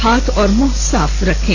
हाथ और मुंह साफ रखें